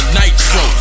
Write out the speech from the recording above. nitro